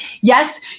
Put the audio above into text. Yes